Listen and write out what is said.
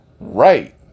Right